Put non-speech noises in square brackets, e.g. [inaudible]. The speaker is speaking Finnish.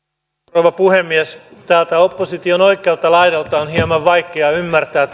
rouva puhemies täältä opposition oikealta laidalta on hieman vaikea ymmärtää [unintelligible]